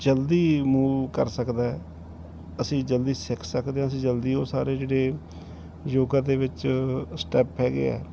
ਜਲਦੀ ਮੂਵ ਕਰ ਸਕਦਾ ਅਸੀਂ ਜਲਦੀ ਸਿੱਖ ਸਕਦੇ ਹਾਂ ਅਸੀਂ ਜਲਦੀ ਉਹ ਸਾਰੇ ਜਿਹੜੇ ਯੋਗਾ ਦੇ ਵਿੱਚ ਸਟੈਪ ਹੈਗੇ ਆ